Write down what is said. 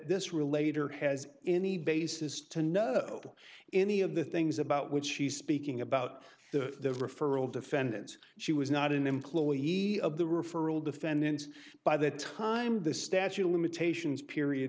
this relate or has any basis to know any of the things about which she's speaking about the referral defendants she was not an employee of the referral defendant by the time the statute of limitations period